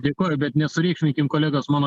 dėkoju bet nesureikšminkim kolegos mano